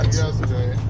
yesterday